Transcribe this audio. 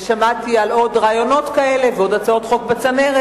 ושמעתי על עוד רעיונות כאלה ועוד הצעות חוק בצנרת,